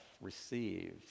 received